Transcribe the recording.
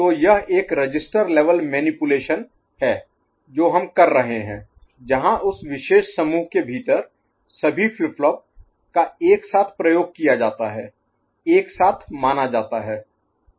तो यह एक रजिस्टर लेवल मैनीपुलेशन है जो हम कर रहे हैं जहां उस विशेष समूह के भीतर सभी फ्लिप फ्लॉप का एक साथ प्रयोग किया जाता है एक साथ माना जाता है